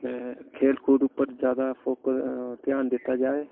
ते खेल कूद उप्पर ज्यादा फोक्स ध्यान दित्ता जाए